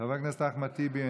חבר הכנסת אחמד טיבי,